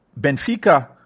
Benfica